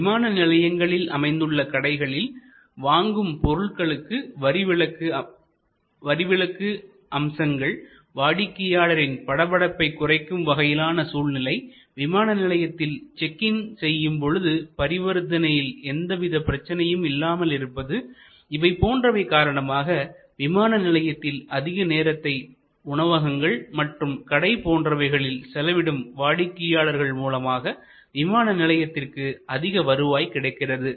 விமான நிலையங்களில் அமைந்துள்ள கடைகளில் வாங்கும் பொருள்களுக்கு வரி விலக்கு அம்சங்கள் வாடிக்கையாளரின் படபடப்பைக் குறைக்கும் வகையான சூழ்நிலைவிமானநிலையத்தில் செக் இன் செய்யும்பொழுது பரிவர்த்தனையில் எந்தவித பிரச்சனையும் இல்லாமல் இருப்பது இவை போன்றவை காரணமாக விமான நிலையத்தில் அதிக நேரத்தைச் உணவகங்கள் மற்றும் கடை போன்றவைகளில் செலவிடும் வாடிக்கையாளர்கள் மூலமாக விமான நிலையத்திற்கு அதிக வருவாய் கிடைக்கிறது